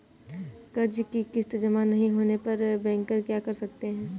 कर्ज कि किश्त जमा नहीं होने पर बैंकर क्या कर सकते हैं?